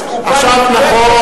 נכון,